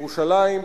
בירושלים,